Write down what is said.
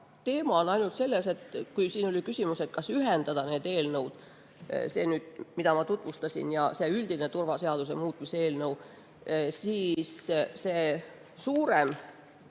Teema on ainult selles – siin oli küsimus, kas ühendada need eelnõud: see, mida ma tutvustasin, ja see üldine turvaseaduse muutmise eelnõu –, et suurem